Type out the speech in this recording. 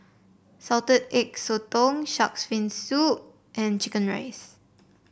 Salted Egg Sotong shark's fin soup and chicken rice